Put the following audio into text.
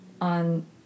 on